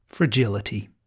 Fragility